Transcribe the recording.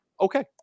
okay